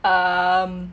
um